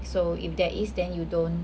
so if there is then you don't